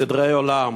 סדרי עולם.